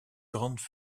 grandes